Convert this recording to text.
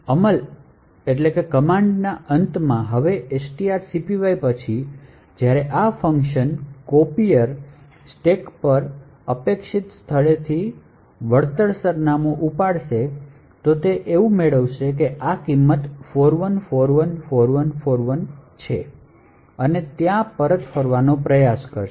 અમલ અંતે હવે strcpy પછી જ્યારે આ ફંક્શન copier તે સ્ટેક પર અપેક્ષા સ્થળેથી વળતર સરનામુ ઉપડશે તો તે શું મેળવશે કે આ કિંમત 41414141 છે અને ત્યાં પરત ફરવાનો પ્રયાસ કરશે